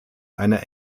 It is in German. einer